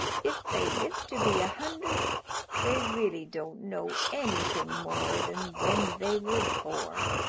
if they live to be a hundred they really don't know anything more than when they were born.